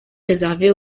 réservée